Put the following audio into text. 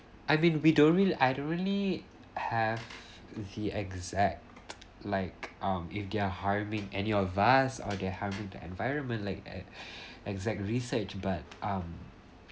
I mean we don't really I don't really have the exact like um if they're harming any of us or they harming to environment like e~ exact research but um